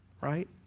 right